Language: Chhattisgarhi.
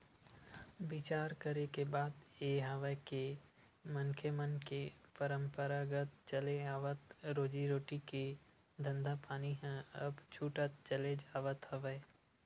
बिचार करे के बात ये हवय के मनखे मन के पंरापरागत चले आवत रोजी रोटी के धंधापानी ह अब छूटत चले जावत हवय